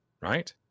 Right